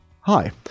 Hi